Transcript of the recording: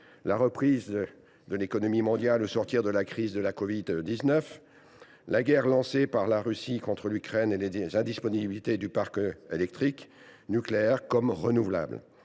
la reprise de l’économie mondiale au sortir de la crise de la covid 19, la guerre lancée par la Russie contre l’Ukraine et les indisponibilités du parc électrique, nucléaire et renouvelable.